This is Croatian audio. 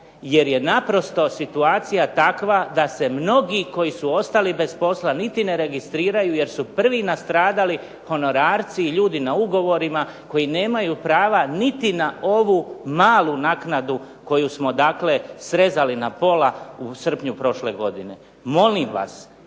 jer je naprosto situacija takva da se mnogi koji su ostali bez posla niti ne registriraju, jer su prvi nastradali honorarci i ljudi na ugovorima koji nemaju prava niti na ovu malu naknadu koju smo dakle srezali na pola u srpnju prošle godine. Molim vas,